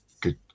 good